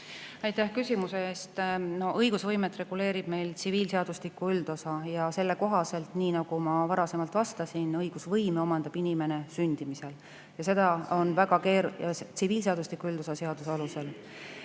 Aitäh küsimuse eest! Õigusvõimet reguleerib meil tsiviilseadustiku üldosa ja selle kohaselt, nii nagu ma varasemalt vastasin, õigusvõime omandab inimene sündimisel. Ja seda on väga keeruline … (Saalist öeldakse